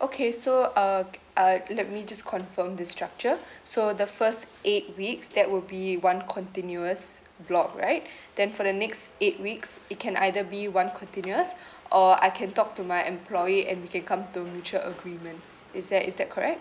okay so uh uh let me just confirm the structure so the first eight weeks that will be one continuous block right then for the next eight weeks it can either be one continuous or I can talk to my employer and we can come to mutual agreement is that is that correct